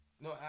No